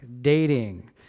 dating